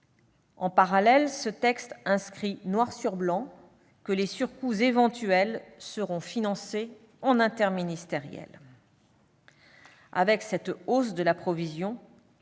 Parallèlement, ce texte inscrit noir sur blanc que les surcoûts éventuels seront financés en interministériel. Avec cette hausse de la provision,